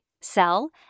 sell